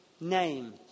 name